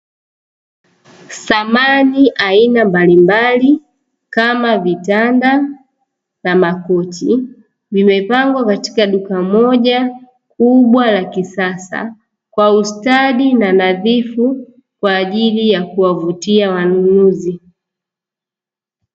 Samani aina mbalimbali kama vitanda na makochi, vimepangwa katika duka moja kubwa la kisasa kwa ustadi na nadhifu, kwa ajili ya kuwavutia wanunuzi.